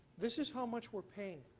this is how much we're paying.